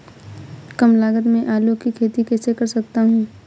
कम लागत में आलू की खेती कैसे कर सकता हूँ?